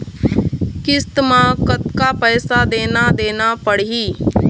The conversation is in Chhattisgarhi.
किस्त म कतका पैसा देना देना पड़ही?